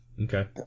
okay